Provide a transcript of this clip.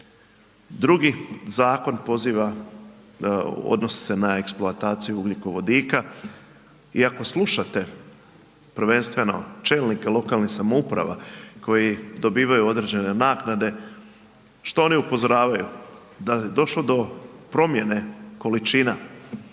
Drugi zakon poziva, odnosi se na eksploataciju ugljikovodika i ako slušate prvenstveno čelnike lokalnih samouprava koji dobivaju određene naknade, što oni upozoravaju, da je došlo do promjene količina, da